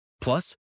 Plus